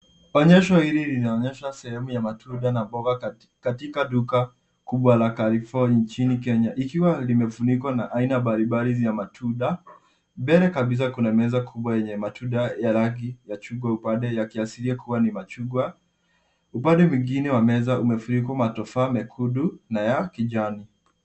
Onyesho hili linaonyesha sehemu ya matunda na mboga katika duka kubwa la Carrefour nchini kenya. Ikiwa limefunikwa na aina mbalimbali vya matunda. Mbele kabisa kuna meza kubwa yenye matunda ya rangi ya chungwa upande yakiashiria kuwa ni machungwa. Upande mwingine wa meza umefunikwa matufaa mekundu na ya kijani.